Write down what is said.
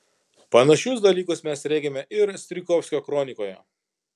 panašius dalykus mes regime ir strijkovskio kronikoje